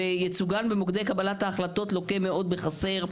וייצוגן במוקדי קבלת ההחלטות לוקה מאוד בחסר,